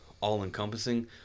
all-encompassing